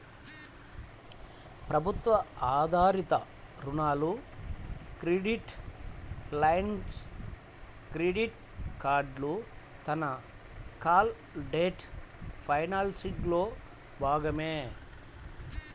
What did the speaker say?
ప్రభుత్వ ఆధారిత రుణాలు, క్రెడిట్ లైన్లు, క్రెడిట్ కార్డులు, తనఖాలు డెట్ ఫైనాన్సింగ్లో భాగమే